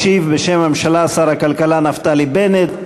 ישיב בשם הממשלה שר הכלכלה נפתלי בנט.